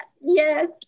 yes